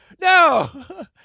No